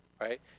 right